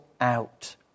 out